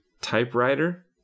typewriter